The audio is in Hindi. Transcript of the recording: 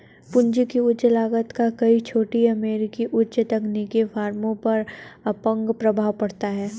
पूंजी की उच्च लागत का कई छोटी अमेरिकी उच्च तकनीकी फर्मों पर अपंग प्रभाव पड़ता है